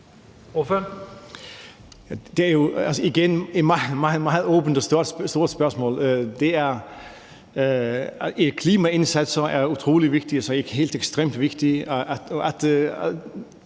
Det er jo igen et meget, meget åbent og stort spørgsmål. Klimaindsatser er utrolig vigtige, så helt ekstremt vigtige.